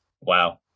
wow